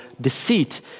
deceit